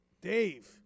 Dave